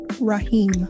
Rahim